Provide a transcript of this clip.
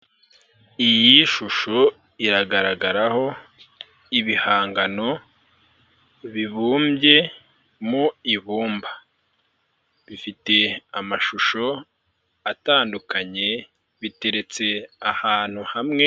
Iyi shusho iragaragaraho ibihangano bibumbye mu ibumba. Bifite amashusho atandukanye, biteretse ahantu hamwe.